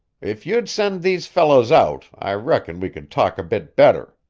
if you'd send these fellows out, i reckon we could talk a bit better,